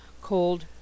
cold